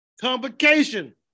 Convocation